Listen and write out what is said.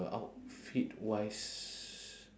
outfit-wise